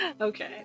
okay